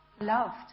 loved